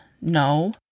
No